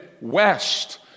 west